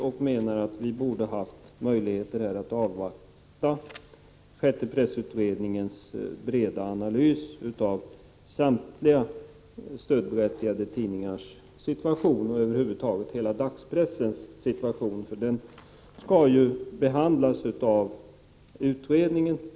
Vi menar att man borde ha avvaktat sjätte pressutredningens breda analys av samtliga stödberättigade tidningars situation och över huvud taget hela dagspressens situation, eftersom den skall behandlas av utredningen.